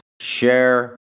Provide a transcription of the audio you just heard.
share